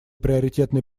приоритетной